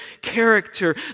character